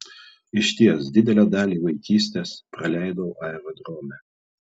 išties didelę dalį vaikystės praleidau aerodrome